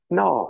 no